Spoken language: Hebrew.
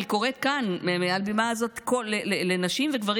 אני קוראת כאן מעל הבימה הזאת לנשים ולגברים